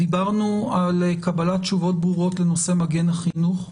דיברנו על קבלת תשובות ברורות לנושא מגן החינוך.